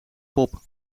pop